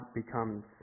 becomes